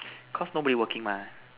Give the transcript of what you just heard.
cause nobody working mah